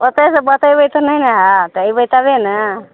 ओते सँ बतेबै तऽ नहि ने होयत अयबै तबे ने